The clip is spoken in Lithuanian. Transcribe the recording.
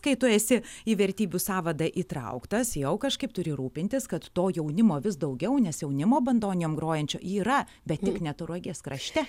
kai tu esi į vertybių sąvadą įtrauktas jau kažkaip turi rūpintis kad to jaunimo vis daugiau nes jaunimo bandonijom grojančio yra bet tik ne tauragės krašte